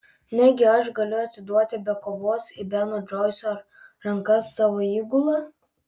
negi aš galiu atiduoti be kovos į beno džoiso rankas savo įgulą